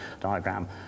diagram